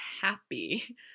happy